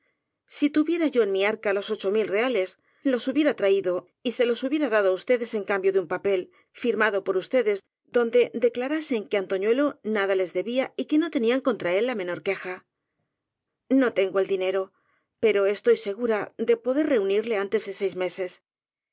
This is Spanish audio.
si tuviera yo en mi arca los ocho mil reales los hubiera traído y se los hubiera dado á ustedes en cambio de un papel firmado por uste des donde declarasen que antoñuelo nada les de bía y que no tenían contra él la menor queja no tengo el dinero pero estoy segura de poder reunir le antes de seis meses